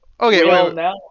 okay